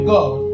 God